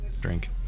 drink